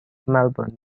melbourne